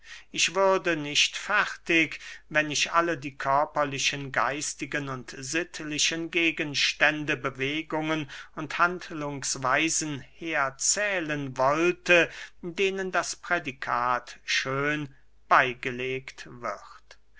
ich würde nicht fertig wenn ich alle die körperlichen geistigen und sittlichen gegenstände bewegungen und handlungsweisen herzählen wollte denen das prädikat schön beygelegt wird